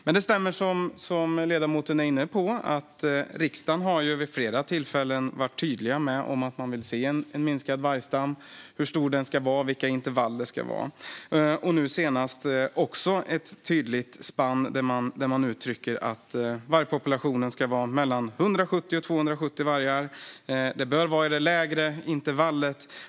Men det som ledamoten är inne på stämmer - riksdagen har vid flera tillfällen varit tydlig med att man vill se en minskad vargstam. Det handlar om hur stor den ska vara och vilka intervaller det ska vara. Nu senast var det fråga om ett tydligt spann. Man uttrycker att vargpopulationen ska vara mellan 170 och 270 vargar och att den bör vara i den lägre delen av intervallet.